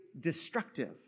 destructive